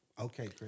Okay